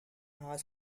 high